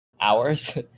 hours